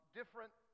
different